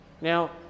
Now